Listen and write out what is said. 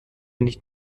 nicht